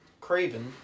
Craven